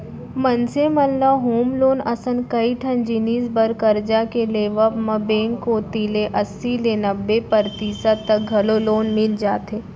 मनसे मन ल होम लोन असन कइ ठन जिनिस बर करजा के लेवब म बेंक कोती ले अस्सी ले नब्बे परतिसत तक घलौ लोन मिल जाथे